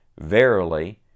Verily